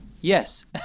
Yes